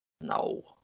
No